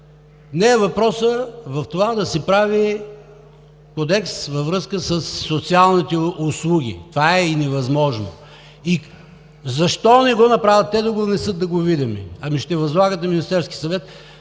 не е в това да се прави кодекс във връзка със социалните услуги. Това е и невъзможно. Защо не го направят те – да го внесат и да го видим – ами ще възлагат на Министерския съвет?